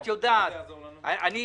את יודעת, אני אתכם,